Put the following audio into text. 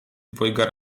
dwojga